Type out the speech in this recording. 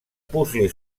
puzle